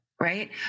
right